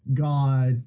God